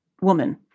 woman